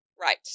right